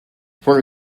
for